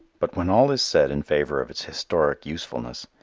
but when all is said in favor of its historic usefulness,